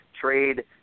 Trade –